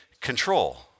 control